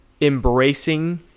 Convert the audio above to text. embracing